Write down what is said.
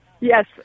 Yes